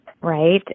right